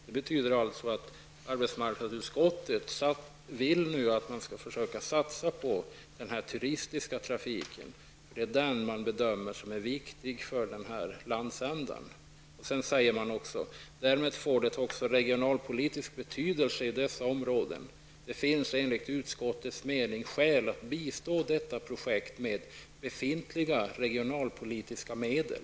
Det betyder alltså att arbetsmarknadsutskottet vill att man skall försöka satsa på den turistiska trafiken. Detta är den man bedömer som viktig för denna landsända. Man säger också: ''Därmed får det också regionalpolitisk betydelse i dessa områden.'' Det finns enligt utskottets mening skäl att bistå detta projekt med befintliga regionalpolitiska medel.